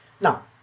Now